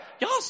y'all